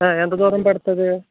ఎంత దూరం పడుతుంది